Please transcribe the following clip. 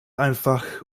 einfach